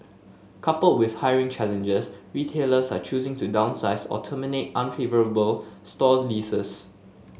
coupled with hiring challenges retailers are choosing to downsize or terminate unfavourable store leases